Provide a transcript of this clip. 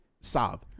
sob